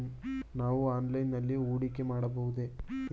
ನಾವು ಆಫ್ಲೈನ್ ನಲ್ಲಿ ಹೂಡಿಕೆ ಮಾಡಬಹುದೇ?